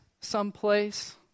someplace